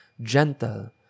gentle